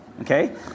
okay